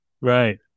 Right